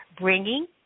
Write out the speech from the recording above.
bringing